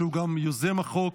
שהוא גם יוזם החוק,